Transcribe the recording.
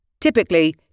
typically